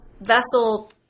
vessel